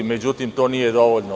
Međutim, to nije dovoljno.